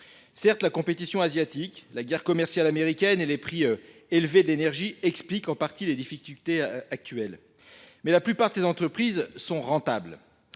Certes, la compétition asiatique, la guerre commerciale américaine et les prix élevés d'énergie expliquent en partie les difficultés actuelles. Mais la plupart de ces entreprises sont rentables.